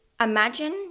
imagine